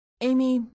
Amy